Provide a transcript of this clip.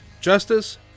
justice